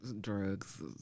Drugs